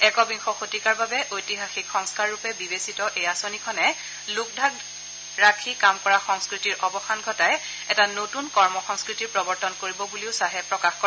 একবিংশ শতিকাৰ বাবে ঐতিহাসিক সংস্কাৰৰূপে বিবেচিত এই আঁচনিখনে লুক ঢাক ৰাখি কাম কৰা সংস্কৃতিৰ অৱসান ঘটাই এটা নতুন কৰ্মসংস্কৃতিকৰ প্ৰৱৰ্তন কৰিব বুলিও শ্ৰীশ্বাহে প্ৰকাশ কৰে